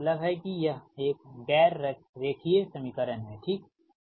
तो इसका मतलब है कि यह एक गैर रेखीय समीकरण है ठीक